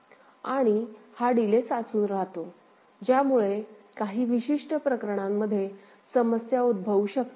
आणि हा डिले साचून राहतो ज्यामुळे काही विशिष्ट प्रकरणांमध्ये समस्या उद्भवू शकते